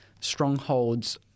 strongholds